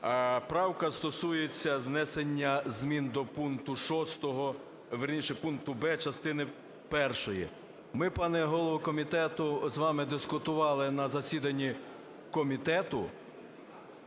Правка стосується внесення змін до пункту 6… вірніше, пункту "б" частини першої. Ми, пане голово комітету , з вами дискутували на засіданні комітету